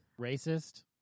Racist